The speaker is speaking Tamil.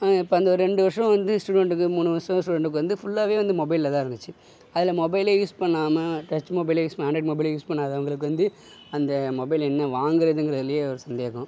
இப்போ அந்த ரெண்டு வருஷம் வந்து ஸ்டுடென்டுக்கு மூணு வருஷம் ஸ்டுடென்டுக்கு வந்து ஃபுல்லாவே வந்து மொபைல்லதான் இருந்துச்சு அதில் மொபைலே யூஸ் பண்ணாமல் டச் மொபைலே யூஸ் அண்ட்ராய்ட் மொபைலே யூஸ் பண்ணாதவங்களுக்கு வந்து அந்த மொபைல் என்ன வாங்கிறதுங்கறதுலயே ஒரு சந்தேகம்